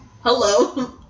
hello